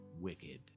wicked